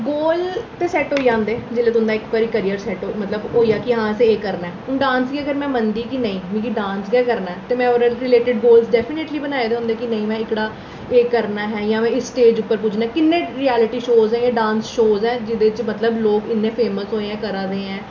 गोल ते सैट्ट होई जंदे जिसलै तुं'दा इक बारी करियर सै ट्ट होऐ मतलब होई जा कि हां असें एह् करना ऐ हून डांस गी अगर में मनदी कि नेईं मिगी डांस गै करना ऐ ते में ओह्दे रिलेटड़ गोल डैफिनेटली बनाए दे होंदे कि निं मे एह्कड़ा एह् करना ऐ जां में इस स्टेज उप्पर जाना किन्ने रियलटी शो हे डांस शो हे जेह्दे च मतलब लोग इन्ने फेमस होए करै दे आं